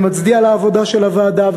אני מצדיע לעבודה של הוועדה,